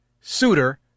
suitor